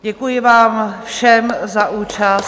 Děkuji vám všem za účast.